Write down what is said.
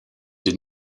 did